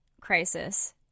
crisis